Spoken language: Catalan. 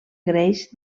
greix